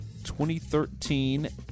2013